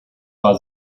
war